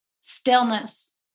stillness